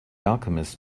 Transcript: alchemist